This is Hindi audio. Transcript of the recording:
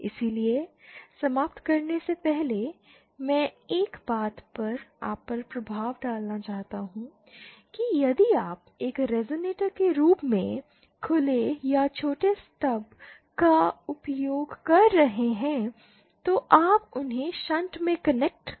इसलिए समाप्त करने से पहले मैं एक बात का आप पर प्रभाव डालना चाहता हूं कि यदि आप एक रेज़ोनेटर के रूप में खुले या छोटे स्टब्स का उपयोग कर रहे हैं तो आपको उन्हें शंट में कनेक्ट करना होगा